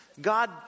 God